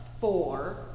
four